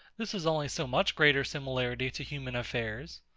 this is only so much greater similarity to human affairs.